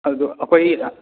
ꯑꯗꯣ ꯑꯩꯈꯣꯏꯒꯤ